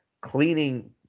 cleaning